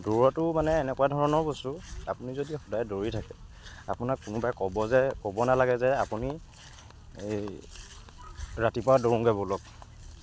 দৌৰাটো মানে এনেকুৱা ধৰণৰ বস্তু আপুনি যদি সদায় দৌৰি থাকে আপোনাক কোনোবাই ক'ব যে ক'ব নালাগে যে আপুনি এই ৰাতিপুৱা দৌৰোঁগৈ ব'লক